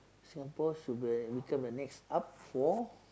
Singapore should become the next up for